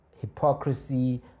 hypocrisy